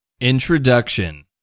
introduction